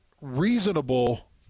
reasonable